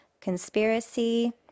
conspiracy